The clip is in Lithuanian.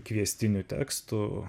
kviestinių tekstų